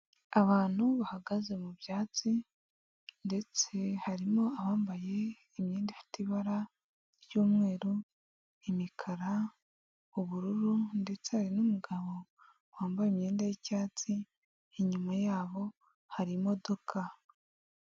Abantu bahagaze mu byatsi ndetse harimo abambaye imyenda ifite ibara ry'umweru, imikara, ubururu ndetse hari n'umugabo wambaye imyenda y'icyatsi, inyuma yabo hari imodoka.